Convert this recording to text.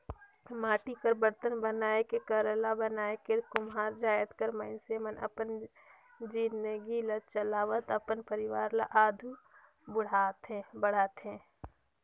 माटी कर बरतन बनाए के करसा बनाए के कुम्हार जाएत कर मइनसे मन अपन जिनगी ल चलावत अपन परिवार ल आघु बढ़ाथे